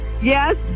Yes